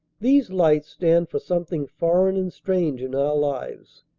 these lights stand for something foreign and strange in our lives.